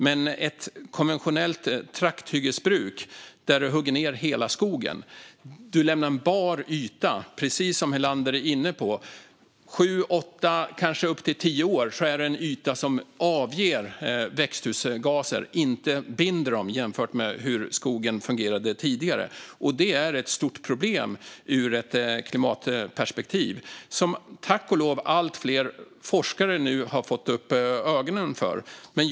Men i ett konventionellt trakthyggesbruk där du hugger ned hela skogen och lämnar en bar yta under sju åtta eller kanske upp till tio år, som Helander är inne på, avger den ytan växthusgaser i stället för att binda dem som skogen gjorde tidigare. Det är ett stort problem ur ett klimatperspektiv, och tack och lov har allt fler forskare nu fått upp ögonen för det.